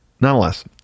nonetheless